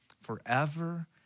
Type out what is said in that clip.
forever